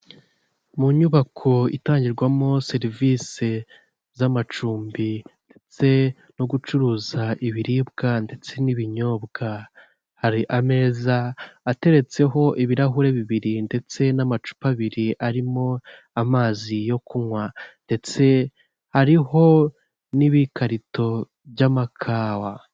Mu nyubako itangirwamo serivisi z'amacumbi ndetse no gucuruza ibiribwa, ndetse n'ibinyobwa, hari ameza ateretseho ibirahuri bibiri ndetse n'amacupa abiri arimo amazi yo kunywa, ndetse hariho n'ibikarito by'amakawa.